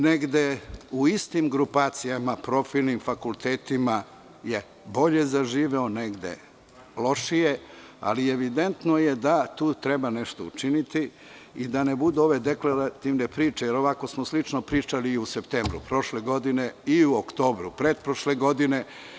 Negde u istim grupacijama, profilnim fakultetima je bolje zaživeo, negde lošije, ali evidentno je da tu treba nešto učiniti, da ne budu ove deklarativne priče, jer ovako smo slično pričali i u septembru prošle godine i u oktobru pretprošle godine.